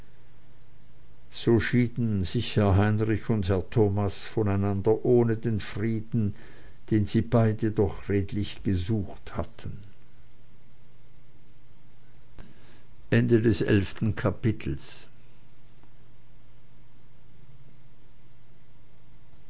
so schieden sich herr heinrich und herr thomas voneinander ohne den frieden den sie doch beide redlich gesucht hatten